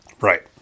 Right